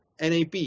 NAP